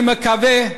אני מקווה,